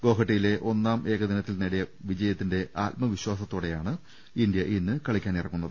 ഗോഹട്ടിയിലെ ഒന്നാം ഏകദിനത്തിൽ നേടിയ ജയത്തിന്റെ ആത്മവിശാസത്തോടെയാണ് ഇന്ത്യ ഇന്ന് കളിക്കാനിറങ്ങുന്നത്